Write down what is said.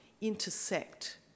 intersect